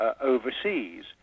Overseas